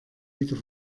wieder